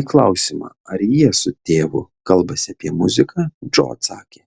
į klausimą ar jie su tėvu kalbasi apie muziką džo atsakė